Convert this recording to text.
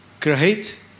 create